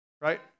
Right